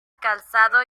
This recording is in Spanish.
calzado